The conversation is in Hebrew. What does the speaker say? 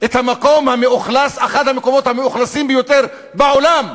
את אחד המקומות המאוכלסים ביותר בעולם,